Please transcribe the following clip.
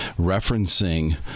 referencing